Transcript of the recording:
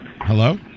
Hello